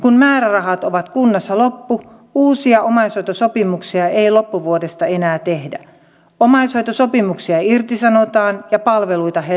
kun määrärahat ovat kunnassa loppu uusia omaishoitosopimuksia ei loppuvuodesta enää tehdä omaishoitosopimuksia irtisanotaan ja palveluita heikennetään